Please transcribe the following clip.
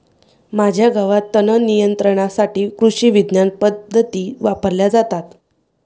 माझ्या गावात तणनियंत्रणासाठी कृषिविज्ञान पद्धती वापरल्या जातात